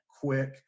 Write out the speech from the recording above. quick